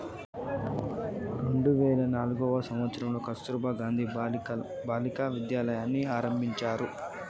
రెండు వేల నాల్గవ సంవచ్చరంలో కస్తుర్బా గాంధీ బాలికా విద్యాలయని ఆరంభించిర్రు